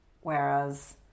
Whereas